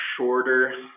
shorter